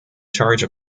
charge